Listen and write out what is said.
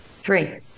three